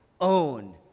own